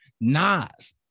Nas